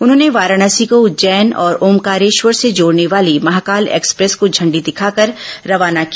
उन्होंने वाराणसी को उज्जैन और ओमकारेश्वर से जोड़ने वाली महाकाल एक्सप्रेस को इांडी दिखाकर रवाना किया